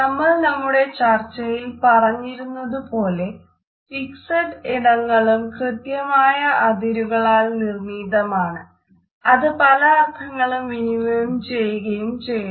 നമ്മൾ നമ്മുടെ ചർച്ചയിൽ പറഞ്ഞിരുന്നതു പോലെ ഫിക്സഡ് ഇടങ്ങളും കൃത്യമായ അതിരുകളാൽ നിർണ്ണീതമാണ് അത് പല അർത്ഥങ്ങളും വിനിമയം ചെയ്യുകയും ചെയ്യുന്നു